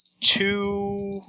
two